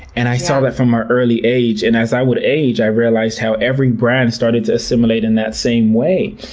and i saw that from an early age, and as i would age, i realized how every brand started to assimilate in that same way.